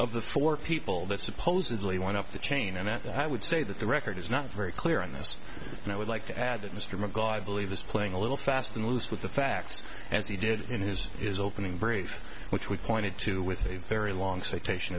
of the four people that supposedly went up the chain and that i would say that the record is not very clear on this and i would like to add that mr magara i believe is playing a little fast and loose with the facts as he did in his is opening brief which we pointed to with a very long